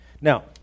Now